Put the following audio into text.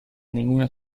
ninguna